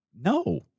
no